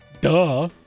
duh